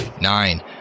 Nine